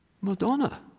Madonna